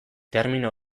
termino